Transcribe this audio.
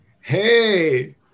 Hey